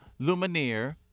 Lumineer